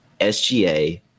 SGA